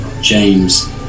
James